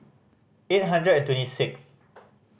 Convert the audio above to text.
eight hundred and twenty sixth